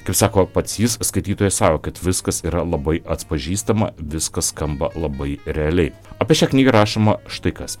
kaip sako pats jis skaitytojas sako kad viskas yra labai atpažįstama viskas skamba labai realiai apie šią knygą rašoma štai kas